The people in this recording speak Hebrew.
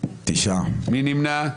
מי נמנע?